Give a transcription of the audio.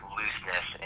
looseness